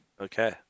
okay